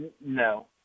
no